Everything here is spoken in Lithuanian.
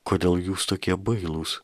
kodėl jūs tokie bailūs